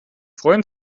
freuen